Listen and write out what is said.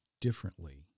differently